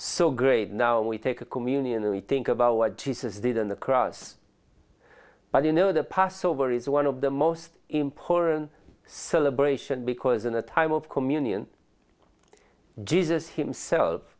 so great now we take a communion and think about what jesus did on the cross but you know the passover is one of the most important celebration because in a time of communion jesus himself